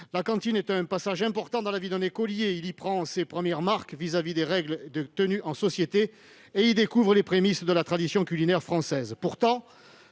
La cantine est un passage important dans la vie d'un écolier : il y prend ses premières marques par rapport aux règles de tenue en société et y découvre les prémices de la tradition culinaire française.